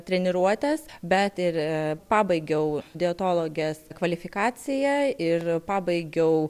treniruotes bet ir pabaigiau dietologės kvalifikaciją ir pabaigiau